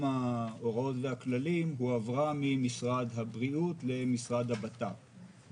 ההוראות והכללים הועברה ממשרד הבריאות למשרד הבט"פ.